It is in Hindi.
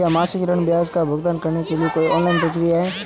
क्या मासिक ऋण ब्याज का भुगतान करने के लिए कोई ऑनलाइन प्रक्रिया है?